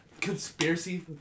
Conspiracy